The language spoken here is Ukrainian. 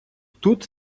тут